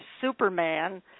Superman